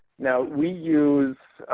now we use,